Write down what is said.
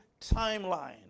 timeline